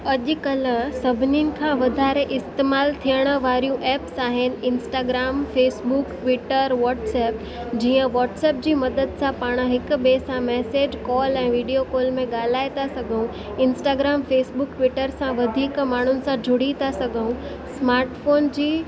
अॼुकल्ह सभनीनि खां वधारे इस्तेमालु थियण वारियूं ऐप्स आहिनि इंस्टाग्राम फेसबुक ट्वीटर व्हाट्सअप जीअं व्हाट्सअप जी मदद सां पाण हिक ॿिए सां मैसेज कॉल ऐं वीडिओ कॉल में ॻाल्हाए था सघूं इंस्टाग्राम फेसबुक ट्वीटर सां वधीक माण्हुनि सां जुड़ी था सघूं स्मार्ट फोन जी